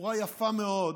בצורה יפה מאוד